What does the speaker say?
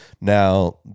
Now